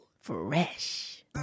Fresh